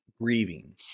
grieving